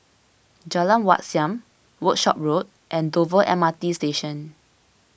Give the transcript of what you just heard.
Jalan Wat Siam Workshop Road and Dover M R T Station